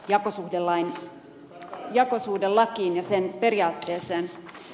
jakosuhdelain jakosuhdelakiin ja sen periaatteeseen